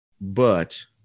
but-